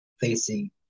facing